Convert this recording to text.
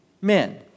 men